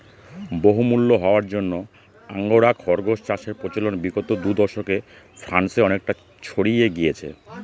বহুমূল্য হওয়ার জন্য আঙ্গোরা খরগোস চাষের প্রচলন বিগত দু দশকে ফ্রান্সে অনেকটা ছড়িয়ে গিয়েছে